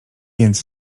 więc